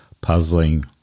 puzzling